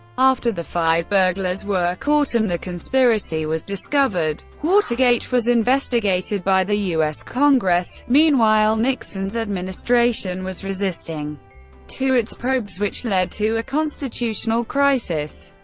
after the five burglars were caught and um the conspiracy was discovered, watergate was investigated by the u s. congress meanwhile nixon's administration was resisting to its probes, which led to a constitutional crisis.